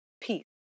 peace